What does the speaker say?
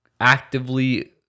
actively